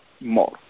more